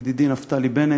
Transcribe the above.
ידידי נפתלי בנט,